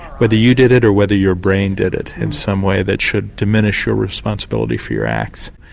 whether you did it or whether your brain did it in some way that should diminish your responsibility for your acts.